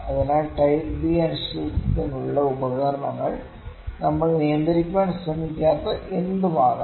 അതിനാൽ type B അനിശ്ചിതത്വത്തിനുള്ള ഉദാഹരണങ്ങൾ നമ്മൾ നിയന്ത്രിക്കാൻ ശ്രമിക്കാത്ത എന്തും ആകാം